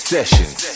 Sessions